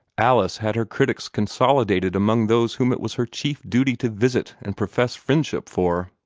alice had her critics consolidated among those whom it was her chief duty to visit and profess friendship for.